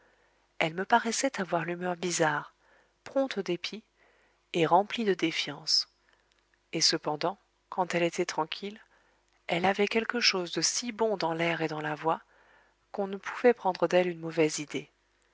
elle me paraissait avoir l'humeur bizarre prompte au dépit et remplie de défiance et cependant quand elle était tranquille elle avait quelque chose de si bon dans l'air et dans la voix qu'on ne pouvait prendre d'elle une mauvaise idée